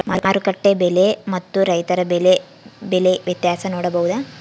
ಮಾರುಕಟ್ಟೆ ಬೆಲೆ ಮತ್ತು ರೈತರ ಬೆಳೆ ಬೆಲೆ ವ್ಯತ್ಯಾಸ ನೋಡಬಹುದಾ?